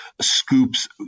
scoops